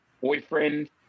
boyfriend